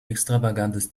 extravagantes